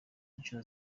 inshuro